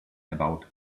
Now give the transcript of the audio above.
about